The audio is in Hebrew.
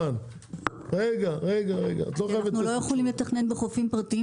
אנחנו פשוט לא יכולים לתכנן בחופים פרטיים,